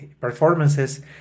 performances